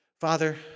Father